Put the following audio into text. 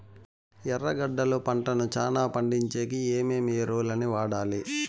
ఎర్రగడ్డలు పంటను చానా పండించేకి ఏమేమి ఎరువులని వాడాలి?